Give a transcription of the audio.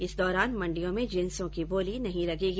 इस दौरान मंडियों में जिंसों की बोली नहीं लगेगी